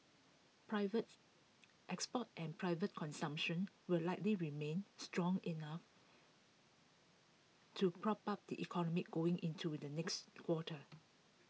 privates exports and private consumption will likely remain strong enough to prop up the economy going into the next quarter